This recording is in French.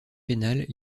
pénales